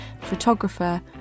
photographer